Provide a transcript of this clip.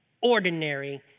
ordinary